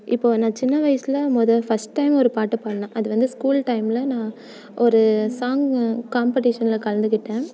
இப்போது நான் சின்ன வயசில் மொதல் ஃபஸ்ட் டைம் ஒரு பாட்டு பாட்டினேன் அது வந்து ஸ்கூல் டைமில் நான் ஒரு சாங்கு காம்பட்டீஷனில் கலந்துக்கிட்டேன்